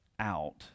out